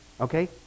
Okay